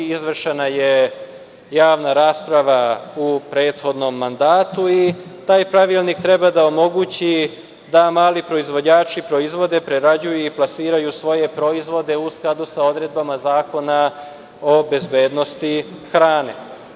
Izvršena je javna rasprava u prethodnom mandatu i taj pravilnik treba da omogući da mali proizvođači proizvode, prerađuju i plasiraju svoje proizvode u skladu sa odredbama Zakona o bezbednosti hrane.